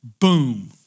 Boom